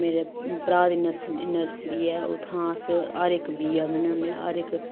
मेरे भ्राऽ दी नर्स नर्सरी ऐ उत्थुआं अस हर इक बीऽ आह्नने होन्ने हर इक